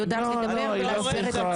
לא להכליל.